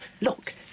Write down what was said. Look